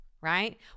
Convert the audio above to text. right